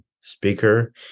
Speaker